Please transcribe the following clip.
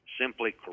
simply